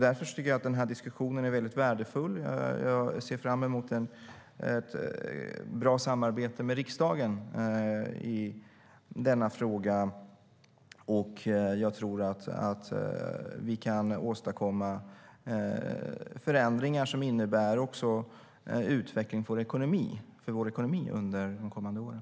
Därför tycker jag att den här diskussionen är väldigt värdefull och ser fram emot ett bra samarbete med riksdagen i denna fråga. Jag tror att vi kan åstadkomma förändringar som också innebär en utveckling för vår ekonomi under de kommande åren.